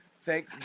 thank